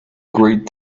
great